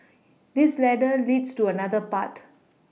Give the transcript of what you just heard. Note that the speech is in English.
this ladder leads to another path